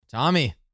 Tommy